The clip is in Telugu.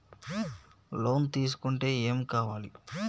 లోన్ తీసుకుంటే ఏం కావాలి?